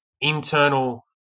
internal